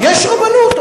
יש רבנות.